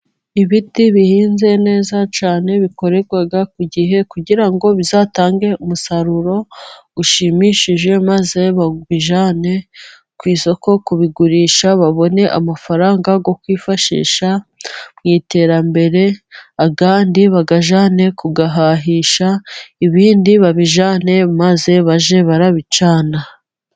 Ibiti bihinze neza cyane, bikorerwa ku gihe kugira ngo bizatange umusaruro ushimishije, maze babijyane ku isoko kubigurisha, babone amafaranga yo kwifashisha mu iterambere, andi bayajyane kuyahahisha, ibindi babijyane maze bajye barabicana.